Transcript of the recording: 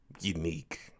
unique